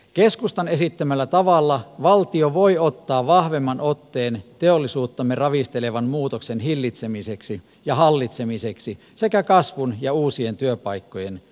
keskustan esittämällä tavalla valtio voi ottaa vahvemman otteen teollisuuttamme ravistelevan muutoksen hillitsemiseksi ja hallitsemiseksi sekä kasvun ja uusien työpaikkojen luomiseksi